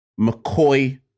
McCoy